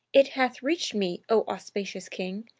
it hath reached me, o auspicious king,